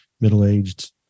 middle-aged